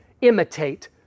imitate